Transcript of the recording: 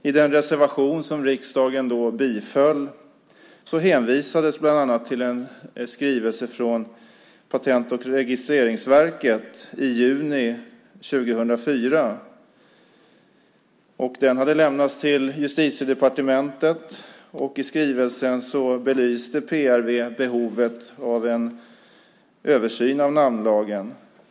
I den reservation som riksdagen då biföll hänvisades bland annat till en skrivelse från Patent och registreringsverket, som hade lämnats till Justitiedepartementet i juni 2004. I skrivelsen belyste PRV behovet av en översyn av namnlagen.